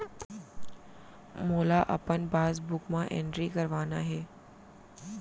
मोला अपन पासबुक म एंट्री करवाना हे?